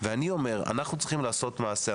אנחנו צריכים לעשות מעשה.